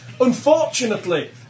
Unfortunately